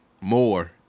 more